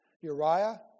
Uriah